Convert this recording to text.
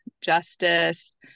justice